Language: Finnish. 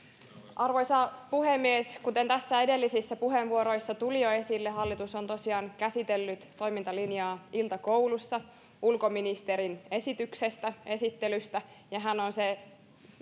arvoisa puhemies kuten edellisissä puheenvuoroissa tuli jo esille hallitus on tosiaan käsitellyt toimintalinjaa iltakoulussa ulkoministerin esittelystä ja hän on se